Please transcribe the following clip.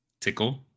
Tickle